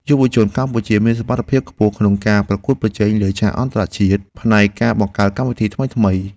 យុវជនកម្ពុជាមានសមត្ថភាពខ្ពស់ក្នុងការប្រកួតប្រជែងលើឆាកអន្តរជាតិផ្នែកការបង្កើតកម្មវិធីថ្មីៗ។